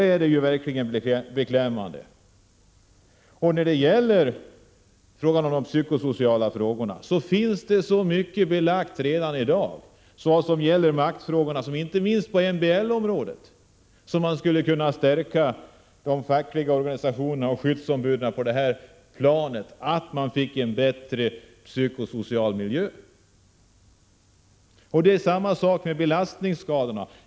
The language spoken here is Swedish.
När det gäller maktfrågornas betydelse för den psykosociala arbetsmiljön är redan i dag så mycket belagt, inte minst på MBL-området, att man vet att man skulle kunna åstadkomma en bättre psykosocial miljö genom att stärka de fackliga organisationernas och skyddsombudens makt. Samma sak gäller belastningsskadorna.